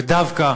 ודווקא